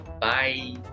bye